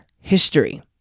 history